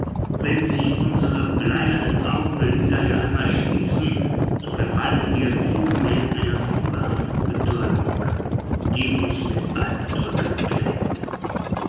wenn sich unsere bleiernen augenlider ja einmal schließen so verfallen wir vielmehr einer fieberhaften betäubung die uns mit alpdrücken quält